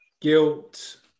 guilt